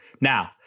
Now